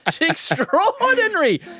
extraordinary